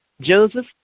Joseph